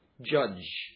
judge